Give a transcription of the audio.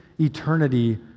eternity